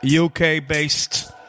UK-based